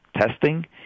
testing